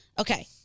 Okay